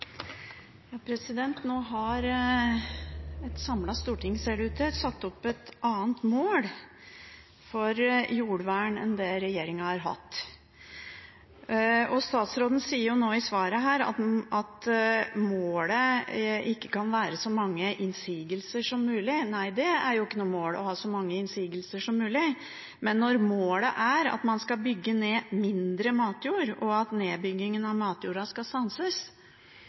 Nå har et samlet storting, ser det ut til, satt opp et annet mål for jordvern enn det regjeringen har hatt. Statsråden sier nå i svaret at målet ikke kan være så mange innsigelser som mulig. Nei, det er jo ikke noe mål å ha så mange innsigelser som mulig. Men når målet er at man skal bygge ned mindre matjord, og at nedbyggingen av matjorda skal